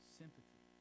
sympathy